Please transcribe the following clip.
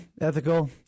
ethical